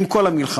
עם כל המלחמות,